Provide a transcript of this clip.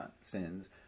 sins